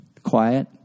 quiet